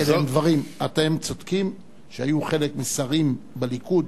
אתם צודקים שהיו חלק מהשרים בליכוד,